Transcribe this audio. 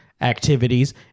activities